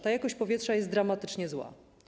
Ta jakość powietrza jest dramatycznie zła.